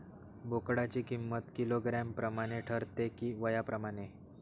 बोकडाची किंमत किलोग्रॅम प्रमाणे ठरते कि वयाप्रमाणे?